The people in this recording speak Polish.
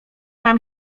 mam